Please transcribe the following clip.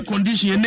Condition